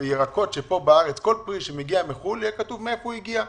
שכל פרי שמגיע מחו"ל יהיה כתוב מאיפה הוא הגיע,